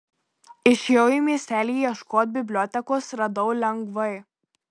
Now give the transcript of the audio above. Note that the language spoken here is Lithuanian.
išėjau į miestelį ieškot bibliotekos radau lengvai